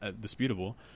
disputable